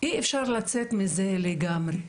אי אפשר לצאת מזה לגמרי,